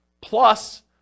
plus